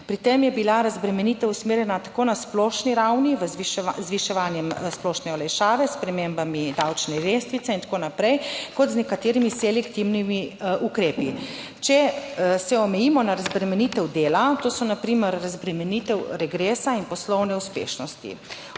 Pri tem je bila razbremenitev usmerjena tako na splošni ravni z zviševanjem splošne olajšave, s spremembami davčne lestvice in tako naprej, kot z nekaterimi selektivnimi ukrepi. Če se omejimo na razbremenitev dela, to so na primer razbremenitev regresa in poslovne uspešnosti.